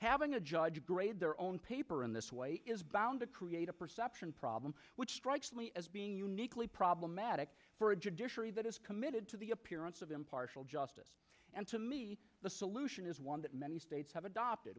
having a judge grade their own paper in this way is bound to create a perception problem which strikes me as being uniquely problematic for a judiciary that is committed to the appearance of impartial justice and to me the solution is one that many states have adopted